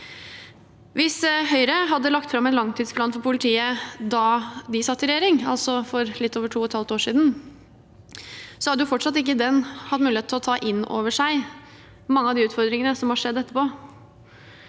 Hvis Høyre hadde lagt fram en langtidsplan for politiet da de satt i regjering, altså for litt over to og et halvt år siden, ville den fortsatt ikke hatt mulighet til å ta inn over seg mange av de utfordringene som har oppstått etterpå.